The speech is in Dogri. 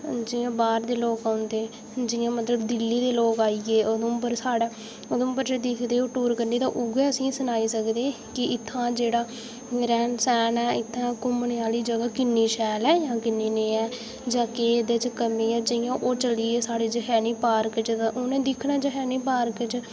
जि'यां बाह्र दे लोक औंदे जि'यां मतलब दिल्ली दे लोक आई ऐ उधमपुर साढ़ै उधमुपर च दिखदे टूर करने ते उ'ऐ असें ई सनाई सकदे कि इत्थै आं जेह्ड़ा रैह्न सैह्न ऐ इत्थै घुम्मने आह्ली जगहा किन्नी शैल ऐ जां किन्नी नेईं ऐ जां केह् एह्दे च कमी ऐ जि'यां ओह् चलियै साढ़ै चखैनी पार्क च ते उ'नें दिक्खना जखैनी पार्क च